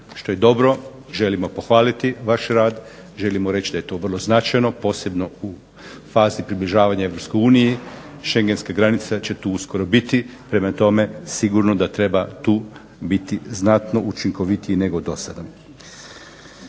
što je dobro. Želimo pohvaliti vaš rad, želimo reći da je to vrlo značajno posebno u fazi približavanja Europskoj uniji, Schengenska granica će tu uskoro biti. Prema tome, sigurno da treba tu biti znatno učinkovitije nego do sada.